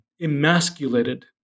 emasculated